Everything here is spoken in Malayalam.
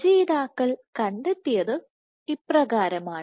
രചയിതാക്കൾ കണ്ടെത്തിയത് ഇപ്രകാരമാണ്